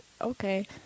Okay